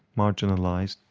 marginalised,